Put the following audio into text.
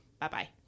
Bye-bye